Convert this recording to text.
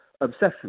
obsession